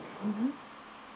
mmhmm